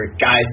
guys